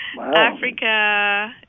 Africa